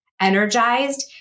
energized